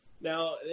now